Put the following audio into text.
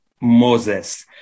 Moses